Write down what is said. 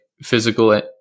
physical